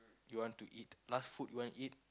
you want to eat last food you want eat